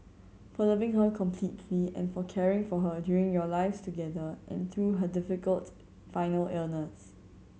for loving her completely and for caring for her during your lives together and through her difficult final illness